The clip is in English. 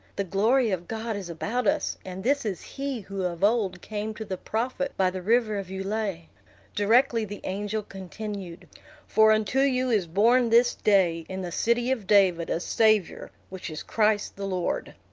the glory of god is about us, and this is he who of old came to the prophet by the river of ulai. directly the angel continued for unto you is born this day, in the city of david, a savior, which is christ the lord!